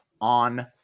on